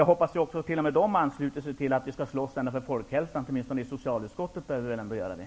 Jag hoppas därför att t.o.m. Moderaterna instämmer i att vi skall slåss för folkhälsan -- åtminstone i socialutskottet bör vi väl ändå göra det.